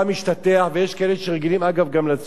יש כאלה שרגילים, אגב, גם לצום באותו יום.